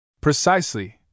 Precisely